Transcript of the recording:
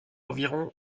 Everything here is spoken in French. environ